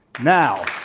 now